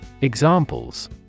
Examples